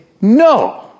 no